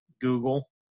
Google